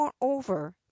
moreover